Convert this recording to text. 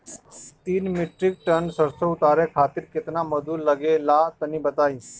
तीन metric ton सरसो उतारे खातिर केतना मजदूरी लगे ला तनि बताई?